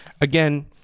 Again